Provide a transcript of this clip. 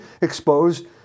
exposed